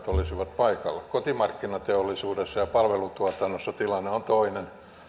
kotimarkkinateollisuudessa ja palvelutuotannossa tilanne on toinen